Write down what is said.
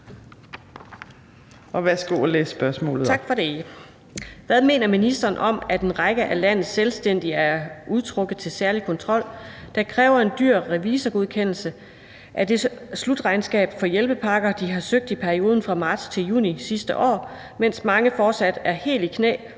Hvad mener ministeren om, at en række af landets selvstændige er udtrukket til særlig kontrol, der kræver en dyr revisorgodkendelse, af det slutregnskab for hjælpepakker, de har søgt i perioden fra marts til juni sidste år, mens mange fortsat er helt i knæ